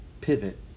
pivot